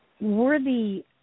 worthy